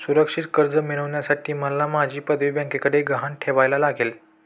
सुरक्षित कर्ज मिळवण्यासाठी मला माझी पदवी बँकेकडे गहाण ठेवायला लागेल